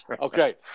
Okay